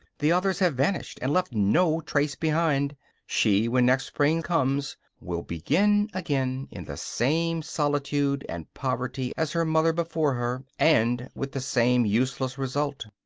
the others have vanished, and left no trace behind she, when next spring comes, will begin again, in the same solitude and poverty as her mother before her, and with the same useless result.